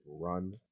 run